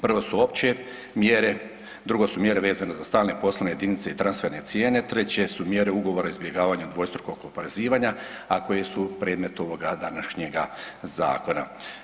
Prvo su opće mjere, drugo su mjere vezane za stalne poslovne jedinice i transferne cijene, treće su mjere ugovora izbjegavanja dvostrukog oporezivanja, a koje su predmet ovog današnjega zakona.